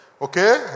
Okay